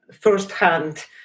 firsthand